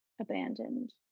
abandoned